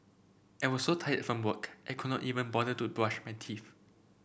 I was so tired from work I could not even bother to brush my teeth